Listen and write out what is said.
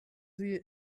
sie